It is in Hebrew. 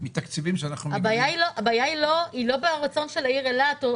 מתקציבים שאנחנו --- הבעיה היא לא ברצון של העיר אילת.